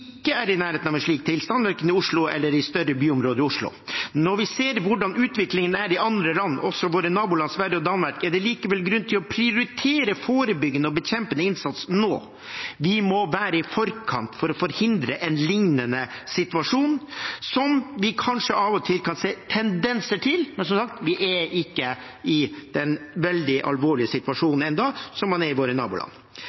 er i nærheten av en slik tilstand verken i Oslo eller i større byområder utenfor Oslo. Når vi ser hvordan utviklingen er i andre land, også i våre naboland Sverige og Danmark, er det likevel grunn til å prioritere forebyggende og bekjempende innsats nå. Vi må være i forkant for å forhindre en lignende situasjon – som vi kanskje av og til kan se tendenser til – men som sagt: Vi er ennå ikke i den veldig alvorlige